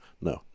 no